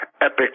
epic